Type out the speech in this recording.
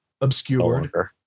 obscured